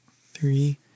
three